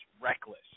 reckless